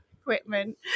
equipment